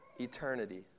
eternity